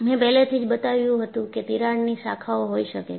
મેં પહેલેથી જ બતાવ્યું હતું કે તિરાડની શાખાઓ હોઈ શકે છે